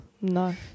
no